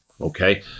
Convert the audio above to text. okay